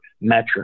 metric